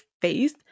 face